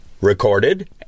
recorded